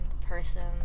person